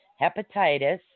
hepatitis